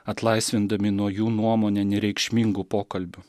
atlaisvindami nuo jų nuomone nereikšmingų pokalbių